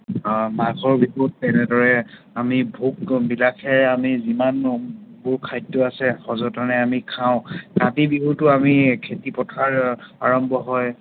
মাঘৰ বিহুত তেনেদৰে আমি ভোগবিলাসেৰে আমি যিমানবোৰ খাদ্য আছে সযতনেৰে আমি খাওঁ কাতি বিহুটোত আমি খেতি পথাৰ আৰম্ভ হয়